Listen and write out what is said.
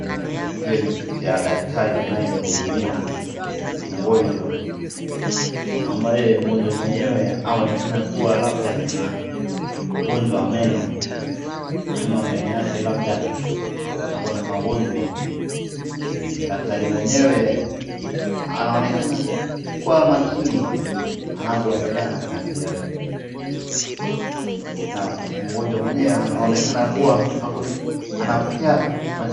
Hiyo ni picha ya daktari anayemhudumia mgonjwa, ambaye mgonjwa mwenyewe aonekana kuwa labda akona ugonjwa wa meno, ama meno yake labda yakona magonjwa. Daktari mwenyewe anaonekana kuwa makini anapoendelea na kazi yake, na mgonjwa mwenyewe anaonekana kuwa anapokea matibabu.